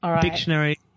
dictionary